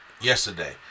Yesterday